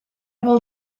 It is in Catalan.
vol